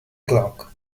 clock